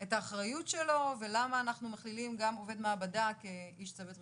את האחריות שלנו ולמה אנחנו מכלילים גם עובד מעבדה כאיש צוות רפואי.